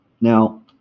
Now